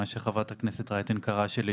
מה שחברת הכנסת רייטן קראה של עדכון,